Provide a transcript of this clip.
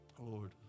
Lord